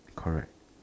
correct